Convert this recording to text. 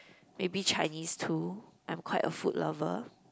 maybe Chinese too I'm quite a food lover